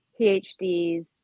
PhDs